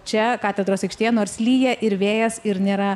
čia katedros aikštėje nors lyja ir vėjas ir nėra